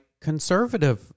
conservative